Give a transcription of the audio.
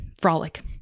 frolic